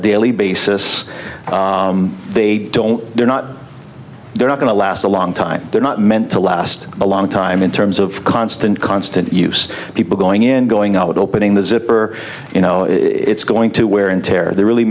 daily basis they don't they're not they're not going to last a long time they're not meant to last a long time in terms of constant constant use people going in going out opening the zipper you know it's going to wear and tear they're really